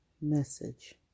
Message